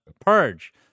purge